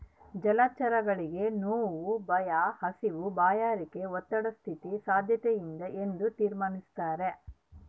ಜಲಚರಗಳಿಗೆ ನೋವು ಭಯ ಹಸಿವು ಬಾಯಾರಿಕೆ ಒತ್ತಡ ಸ್ಥಿತಿ ಸಾದ್ಯತೆಯಿಂದ ಎಂದು ತೀರ್ಮಾನಿಸ್ಯಾರ